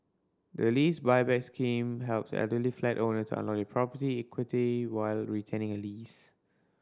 the Lease Buyback Scheme helps elderly flat owners unlock their property equity while retaining a lease